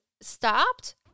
stopped